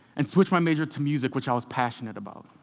and switch my major to music, which i was passionate about.